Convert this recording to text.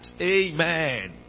amen